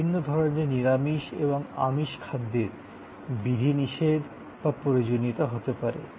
বিভিন্ন ধরণের নিরামিষ এবং আমিষ খাদ্যের বিধিনিষেধ বা প্রয়োজনীয়তা হতে পারে